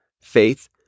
faith